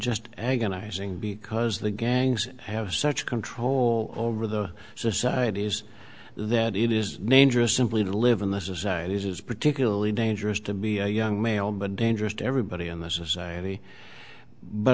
just agonizing because the gangs have such control over the societies that it is simply to live in the society it is particularly dangerous to be a young male but dangerous to everybody in the society but